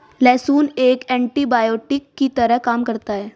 लहसुन एक एन्टीबायोटिक की तरह काम करता है